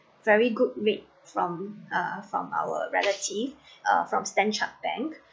very good rate from uh from our relative uh from stan-chart bank